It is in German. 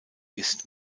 ist